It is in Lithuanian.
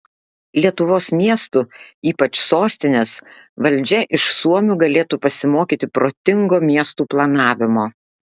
lietuvos miestų ypač sostinės valdžia iš suomių galėtų pasimokyti protingo miestų planavimo